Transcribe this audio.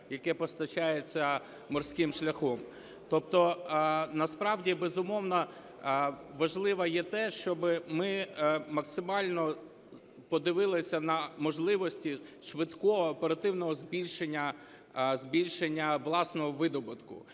яке постачається морським шляхом. Тобто насправді, безумовно, важливо є те, щоб ми максимально подивилися на можливості швидкого, оперативного збільшення власного видобутку.